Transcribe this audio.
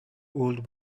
old